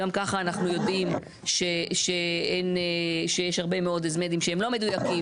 גם ככה אנחנו יודעים שיש הרבה מאוד אי-דיוקים,